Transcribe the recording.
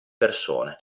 persone